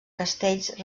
castells